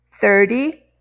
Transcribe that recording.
Thirty